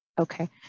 Okay